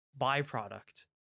byproduct